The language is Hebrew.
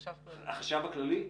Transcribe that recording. החשב הכללי,